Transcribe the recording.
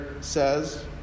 says